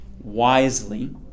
wisely